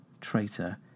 traitor